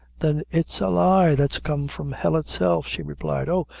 then it's a lie that's come from hell itself, she replied oh,